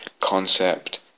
concept